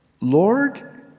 Lord